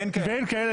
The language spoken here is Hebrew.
ואין כאלה,